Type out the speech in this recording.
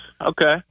Okay